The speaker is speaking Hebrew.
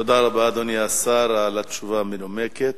אדוני השר, תודה רבה על התשובה המנומקת.